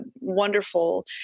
wonderful